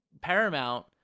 Paramount